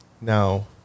Now